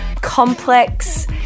complex